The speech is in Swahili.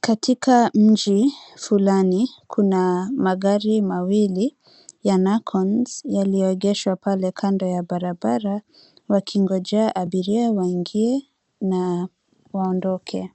Katika mji fulani, kuna magari mawili ya NAKONNS, yaliyoegeshwa pale kando ya barabara, wakigonjea abiria waingie na waondoke.